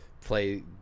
play